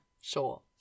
Sure